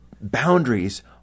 boundaries